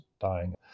dying